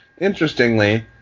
Interestingly